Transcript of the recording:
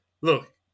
look